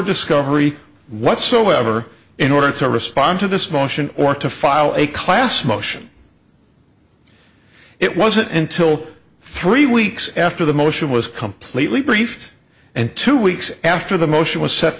discovery whatsoever in order to respond to this motion or to file a class motion it wasn't until three weeks after the motion was completely briefed and two weeks after the motion was set